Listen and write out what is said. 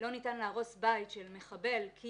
שלא ניתן להרוס בית של מחבל כי